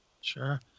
Sure